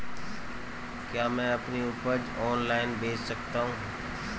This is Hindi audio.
क्या मैं अपनी उपज ऑनलाइन बेच सकता हूँ?